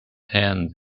hand